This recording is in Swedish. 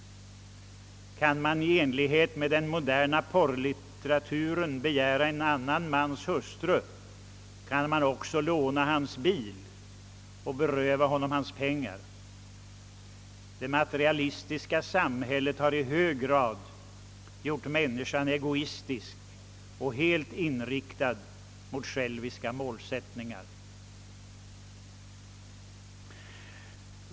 Kan man i enlighet med den moderna porr litteraturen begära en annan mans hustru, så kan man också låna hans bil och beröva honom hans pengar. Det materialistiska samhället har gjort människan i hög grad egoistisk och helt inriktad på själviska mål.